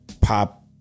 pop